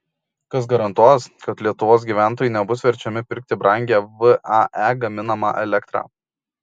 kas garantuos kad lietuvos gyventojai nebus verčiami pirkti brangią vae gaminamą elektrą